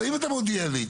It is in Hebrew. אם אתה מודיע לי,